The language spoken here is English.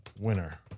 winner